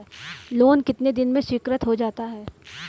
Loan कितने दिन में स्वीकृत हो जाता है?